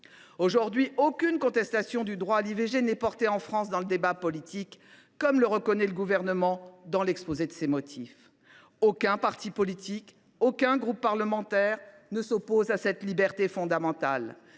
Aujourd’hui, aucune contestation du droit à l’IVG n’est portée en France dans le débat politique, comme le reconnaît le Gouvernement dans l’exposé de ses motifs. Aucun parti politique, aucun groupe parlementaire ne s’oppose à cette liberté fondamentale.